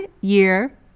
year